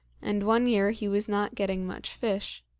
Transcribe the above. and one year he was not getting much fish.